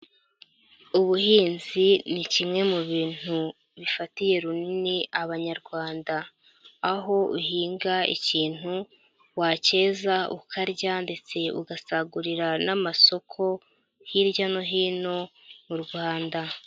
Ubuhinzi ni kimwe mu bintu bifatiye runini Abanyarwanda, aho uhinga ikintu wacyeza ukarya ndetse ugasagurira n'amasoko, hirya no hino mu Rwanda.